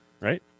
right